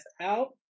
out